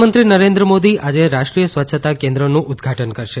પ્રધાનમંત્રી નરેન્દ્ર મોદી આજે રાષ્ટ્રીય સ્વચ્છતા કેન્દ્રનું ઉદઘાટન કરશે